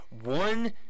one